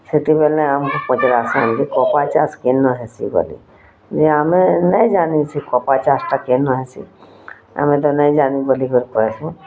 ହେତେବେଲେ ଆମ୍କୁ ପଚାରସନ୍ କି କପା ଚାଷ୍ କେନ ହେସି ବଲି ଯେ ଆମେ ନେଇ ଜାନି ସେ କପା ଚାଷ୍ଟା କେନ ହେସି ଆମେ ତ ନେଇ ଜାନି ବୋଲି କରି କହେସୁଁ